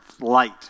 light